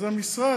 אז המשרד,